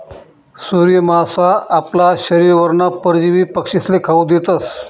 सूर्य मासा आपला शरीरवरना परजीवी पक्षीस्ले खावू देतस